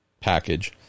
package